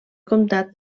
comtat